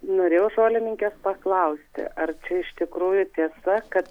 norėjau žolininkės paklausti ar čia iš tikrųjų tiesa kad